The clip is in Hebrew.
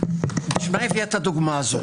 למה הביאה את הדוגמה הזו?